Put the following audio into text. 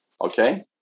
okay